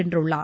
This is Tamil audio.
வென்றுள்ளார்